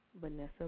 Vanessa